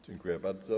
Dziękuję bardzo.